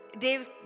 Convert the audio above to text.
Dave's